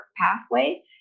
pathway